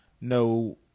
no